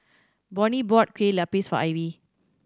Bonny bought Kueh Lapis for Ivy